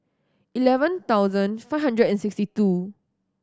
eleven thousand five hundred and sixty two